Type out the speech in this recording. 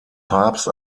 papst